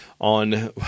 on